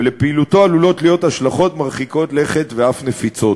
ולפעילותו עלולות להיות השלכות מרחיקות לכת ואף נפיצות.